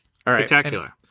spectacular